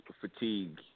fatigue